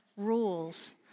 Rules